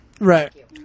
Right